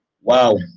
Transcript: Wow